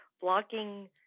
blocking